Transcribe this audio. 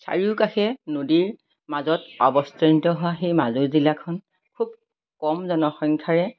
চাৰিওকাষে নদীৰ মাজত অৱস্থিত হোৱা সেই মাজুলী জিলাখন খুব কম জনসংখ্যাৰে